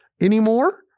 anymore